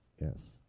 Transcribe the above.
yes